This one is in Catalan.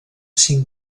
cinc